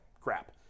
crap